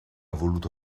voluto